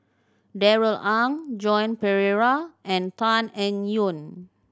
Darrell Ang Joan Pereira and Tan Eng Yoon